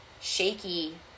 shaky